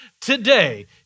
today